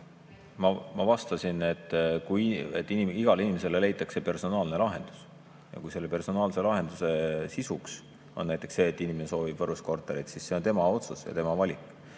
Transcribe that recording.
Ma vastasin, et igale inimesele leitakse personaalne lahendus. Ja kui selle personaalse lahenduse sisuks on näiteks see, et inimene soovib Võrus korterit, siis see on tema otsus ja tema valik. Kui